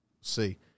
see